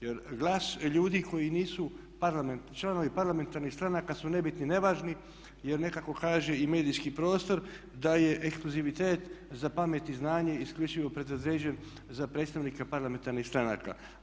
Jer glas ljudi koji nisu članovi parlamentarnih stranaka su nebitni, nevažni jer nekako kaže i medijski prostor da je ekskluzivitet za pamet i znanje isključivo predodređen za predstavnika parlamentarnih stranaka.